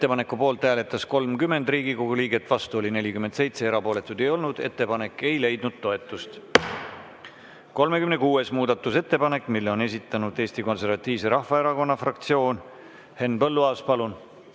Ettepaneku poolt hääletas 30 Riigikogu liiget, vastu oli 47, erapooletuid ei olnud. Ettepanek ei leidnud toetust.36. muudatusettepanek. Selle on esitanud Eesti Konservatiivse Rahvaerakonna fraktsioon. Henn Põlluaas, palun!